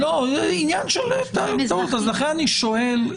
עניין של טעות, לכן אני שואל.